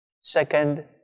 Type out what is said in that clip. Second